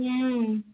ହୁଁ